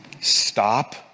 Stop